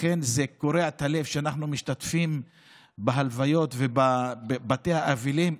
לכן זה קורע את הלב כשאנחנו משתתפים בהלוויות ובבתי האבלים.